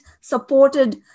supported